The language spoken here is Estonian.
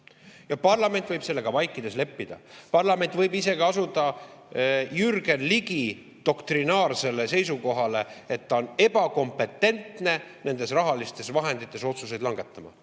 Parlament võib sellega vaikides leppida. Parlament võib isegi asuda Jürgen Ligi doktrinaarsele seisukohale, et ta on ebakompetentne nende rahaliste vahendite üle otsuseid langetama.